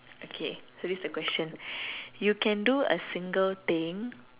okay so this the question you can do a single thing